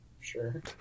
Sure